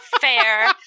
fair